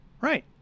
Right